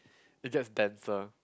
it gets denser